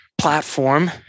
platform